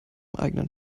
eigenen